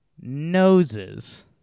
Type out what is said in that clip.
noses